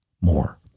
more